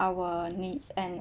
our needs and